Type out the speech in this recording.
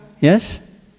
yes